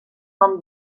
nom